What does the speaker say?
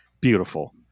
beautiful